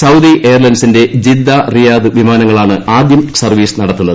Saudi എയർലൈൻസിന്റെ Jeddah Riyadh വിമാനങ്ങളാണ് ആദ്യം സർവ്വീസ് നടത്തുന്നത്